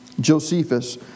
Josephus